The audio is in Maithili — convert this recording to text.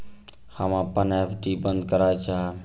हम अपन एफ.डी बंद करय चाहब